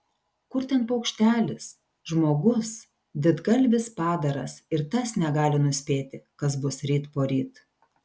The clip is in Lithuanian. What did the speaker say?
kur ten paukštelis žmogus didgalvis padaras ir tas negali nuspėti kas bus ryt poryt